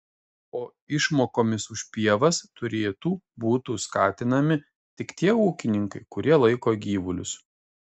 o išmokomis už pievas turėtų būtų skatinami tik tie ūkininkai kurie laiko gyvulius